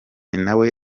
nawe